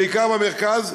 בעיקר במרכז,